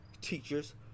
teachers